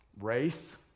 race